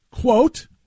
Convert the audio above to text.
quote